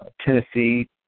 Tennessee